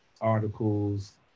articles